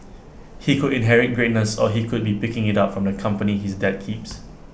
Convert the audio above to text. he could inherit greatness or he could be picking IT up from the company his dad keeps